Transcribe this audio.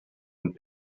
and